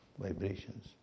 vibrations